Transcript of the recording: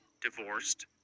divorced